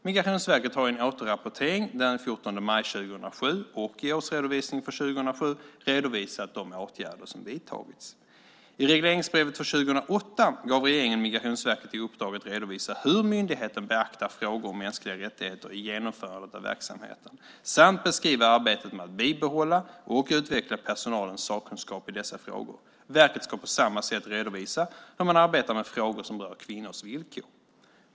Migrationsverket har i en återrapportering den 14 maj 2007 och i årsredovisningen för 2007 redovisat de åtgärder som vidtagits. I regleringsbrevet för 2008 gav regeringen Migrationsverket i uppdrag att redovisa hur myndigheten beaktar frågor om mänskliga rättigheter i genomförandet av verksamheten samt beskriva arbetet med att bibehålla och utveckla personalens sakkunskap i dessa frågor. Verket ska på samma sätt redovisa hur man arbetar med frågor som rör kvinnors villkor.